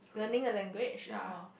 learning a language or